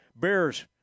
Bears